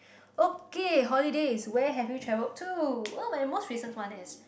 okay holidays where have you travelled to oh my most recent one is